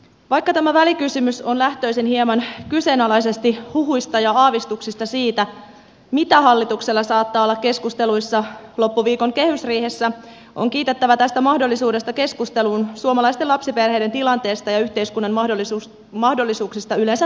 vaikka tämä välikysymys on lähtöisin hieman kyseenalaisesti huhuista ja aavistuksista siitä mitä hallituksella saattaa olla keskusteluissa loppuviikon kehysriihessä on kiitettävä tästä mahdollisuudesta keskusteluun suomalaisten lapsiperheiden tilanteesta ja yhteiskunnan mahdollisuuksista yleensä tukea heitä